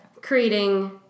creating